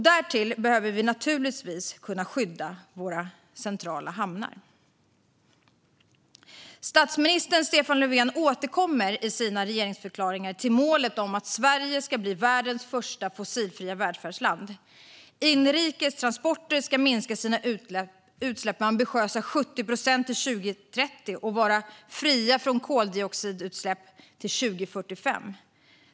Därtill behöver vi naturligtvis kunna skydda våra centrala hamnar. Statsminister Stefan Löfven återkommer i sina regeringsförklaringar till målet att Sverige ska bli världens första fossilfria välfärdsland. Inrikes transporter ska minska sina utsläpp med ambitiösa 70 procent till år 2030 och vara fria från koldioxidutsläpp år 2045.